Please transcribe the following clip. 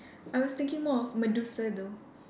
I was thinking more of medusa though